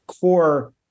core